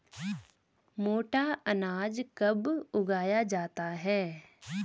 मोटा अनाज कब उगाया जाता है?